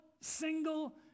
single